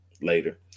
later